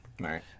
Right